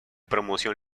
promoción